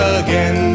again